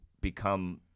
become –